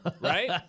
right